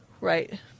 Right